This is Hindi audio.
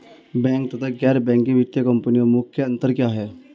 बैंक तथा गैर बैंकिंग वित्तीय कंपनियों में मुख्य अंतर क्या है?